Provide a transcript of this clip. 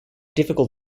difficult